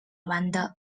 banda